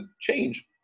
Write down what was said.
change